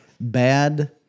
bad